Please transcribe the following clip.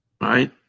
right